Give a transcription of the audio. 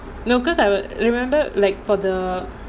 no because I will remember like for the